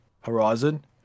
Horizon